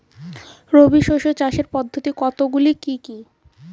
রবি শস্য চাষের পদ্ধতি কতগুলি কি কি?